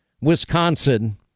Wisconsin